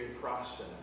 process